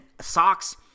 Socks